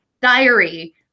diary